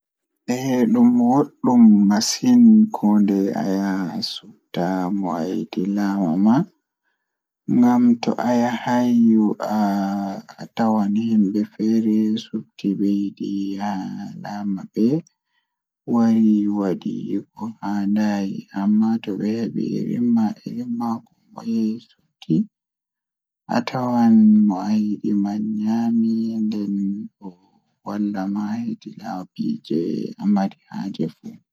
Eh ɗum boɗɗum masin kondei ayaha asupta mo laamata ma Tawa e laawol politik, vote ndiyam e hakkunde caɗeele ɓe. Ko sabu hakkunde e election, yimɓe foti heɓugol farɗe, kala moƴƴi foti yewtude laawol tawa hayɓe. Kono, wano waɗde vote, ko moƴƴi njama aɗɗa faami, heɓugol firtiiɗo ngoodi, fota hayɓe ngam firtiimaaji.